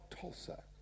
Tulsa